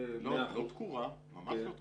לא תקורה, ממש לא תקורה.